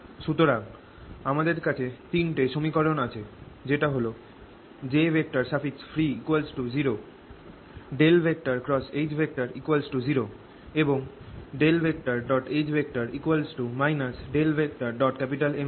সুতরাং আমাদের কাছে 3 সমীকরণ আছে- jfree 0 H 0 এবং H M